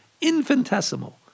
infinitesimal